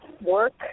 work